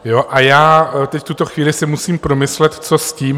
Jo a já teď, v tuto chvíli si musím promyslet, co s tím.